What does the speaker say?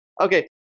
Okay